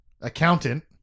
Accountant